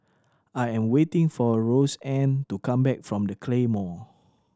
I am waiting for Roseanne to come back from The Claymore